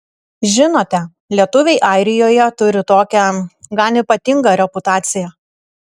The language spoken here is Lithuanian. žinote lietuviai airijoje turi tokią gan ypatingą reputaciją